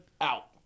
out